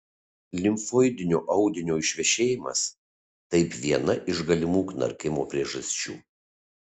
limfoidinio audinio išvešėjimas taip viena iš galimų knarkimo priežasčių